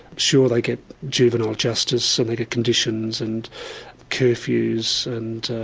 sure they get juvenile justice, some like ah conditions and curfews and